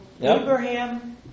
Abraham